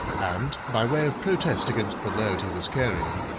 and, by way of protest against the load he was carrying,